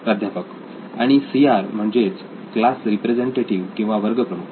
प्राध्यापकआणि CR म्हणजेच class representative किंवा वर्गप्रमुख